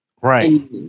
Right